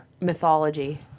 mythology